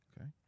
Okay